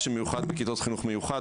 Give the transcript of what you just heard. מה שמיוחד בכיתות חינוך מיוחד,